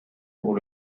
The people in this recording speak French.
pour